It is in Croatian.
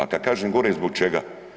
A kad kažem gore, zbog čega?